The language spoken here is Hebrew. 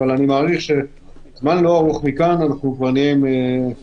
ואני מעריך שתוך זמן לא ארוך נהיה כבר עם טכנולוגיות,